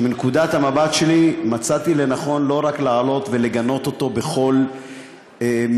שמנקודת המבט שלי מצאתי לנכון לא רק לעלות ולגנות בכל מחיר,